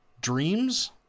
Dreams